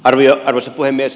arvoisa puhemies